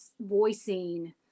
voicing